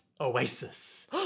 Oasis